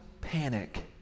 panic